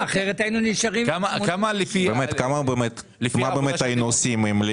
לפי העבודה שאתם עושים,